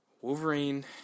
Wolverine